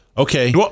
Okay